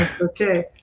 Okay